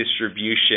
distribution